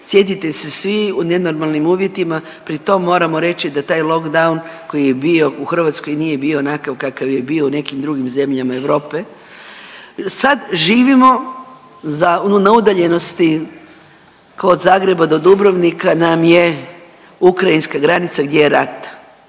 sjetite se svi u nenormalnim uvjetima. Pritom moramo reći da taj lockdown koji je bio u Hrvatskoj nije bio onakav kakav je bio u nekim drugim zemljama Europe. Sada živimo na udaljenosti kao od Zagreba do Dubrovnika nam je ukrajinska granica gdje je rat